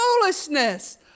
foolishness